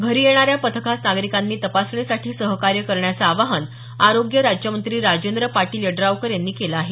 घरी येणाऱ्या पथकास नागरिकांनी तपासणीसाठी सहकार्य करण्याचं आवाहन आरोग्य राज्यमंत्री राजेंद्र पाटील यड्रावकर यांनी केलं आहे